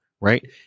right